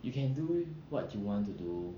you can do what you want to do